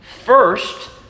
First